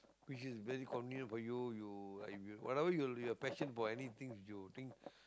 which is very convenient for you you are whatever you passion for anything you think